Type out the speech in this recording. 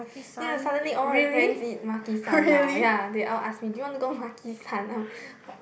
ya suddenly all my friends eat Maki-San now ya they all ask me do you wanna go Maki-San now